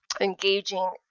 engaging